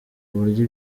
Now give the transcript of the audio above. kuburyo